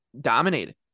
dominated